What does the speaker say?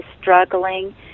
struggling